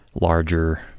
larger